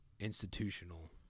institutional